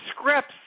scripts